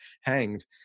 hanged